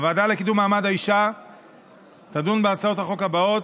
הוועדה לקידום מעמד האישה תדון בהצעות החוק הבאות: